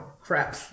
crap